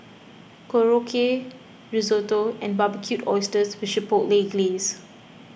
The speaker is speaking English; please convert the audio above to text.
Korokke Risotto and Barbecued Oysters with Chipotle Glaze